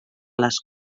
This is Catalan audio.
les